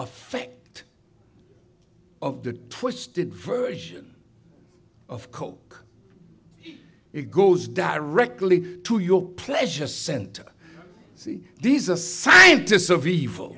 effect of the twisted version of coke it goes directly to your pleasure center see these are scientists of evil